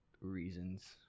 reasons